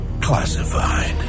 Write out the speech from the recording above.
classified